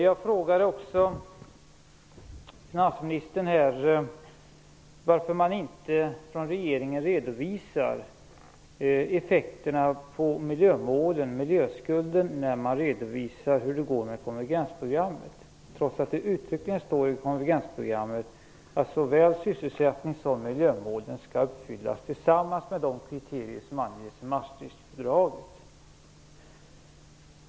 Jag frågade också finansministern varför man från regeringens sida inte redovisar effekterna på miljömålen och miljöskulden när man redovisar hur det går med konvergensprogrammet, trots att det uttryckligen står i detta att såväl sysselsättnings som miljömålen skall uppfyllas tillsammans med de kriterier som anges i Maastrichtfördraget.